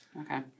Okay